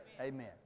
Amen